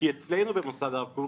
כי אצלנו במוסד הרב קוק,